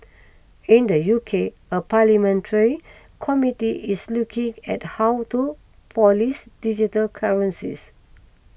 in the U K a parliamentary committee is looking at how to police digital currencies